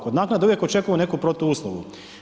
Kod naknade uvijek očekujemo neku protuuslugu.